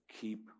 keep